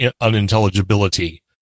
unintelligibility